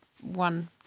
one